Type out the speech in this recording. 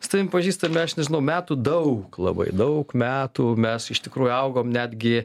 su tavim pažįstami aš nežinau metų daug labai daug metų mes iš tikrųjų augom netgi